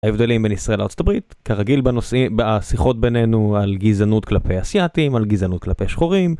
הבדלים בין ישראל והארה״ב כרגיל בשיחות בינינו על גזענות כלפי אסייתים על גזענות כלפי שחורים.